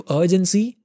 urgency